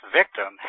victim